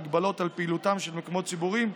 הגבלות על פעילותם של מקומות ציבוריים,